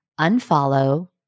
Unfollow